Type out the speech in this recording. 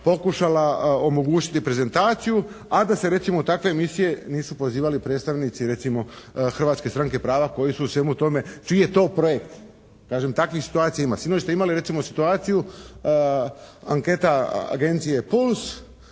pokušala omogućiti prezentaciju, a da se recimo u takve emisije nisu pozivali predstavnici recimo Hrvatske stranke prava koji su u svemu tome, čiji je to projekt. Kažem, takvih situacija ima. Sinoć ste recimo imali situaciju anketa agencije Puls